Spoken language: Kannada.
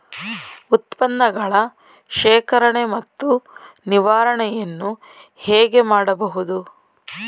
ಉತ್ಪನ್ನಗಳ ಶೇಖರಣೆ ಮತ್ತು ನಿವಾರಣೆಯನ್ನು ಹೇಗೆ ಮಾಡಬಹುದು?